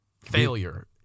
failure